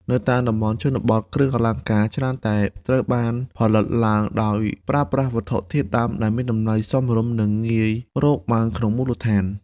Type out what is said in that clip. នៅតាមតំបន់ជនបទ គ្រឿងអលង្ការច្រើនតែត្រូវបានផលិតឡើងដោយប្រើប្រាស់វត្ថុធាតុដើមដែលមានតម្លៃសមរម្យ និងងាយរកបានក្នុងមូលដ្ឋាន។